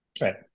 Right